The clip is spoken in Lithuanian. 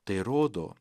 tai rodo